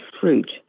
fruit